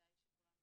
וכדאי שכולנו